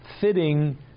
fitting